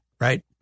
right